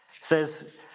says